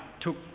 took